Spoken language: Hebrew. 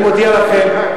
אני מודיע לכם.